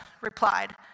replied